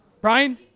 Brian